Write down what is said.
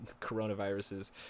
coronaviruses